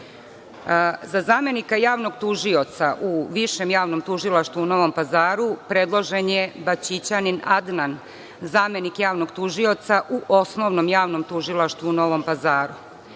zamenika Javnog tužioca u Višem javnom tužilaštvu u Novom Pazaru predložen je Baćićanin Adnan, zamenik Javnog tužioca u Osnovnom javnom tužilaštvu u Novom Pazaru.Za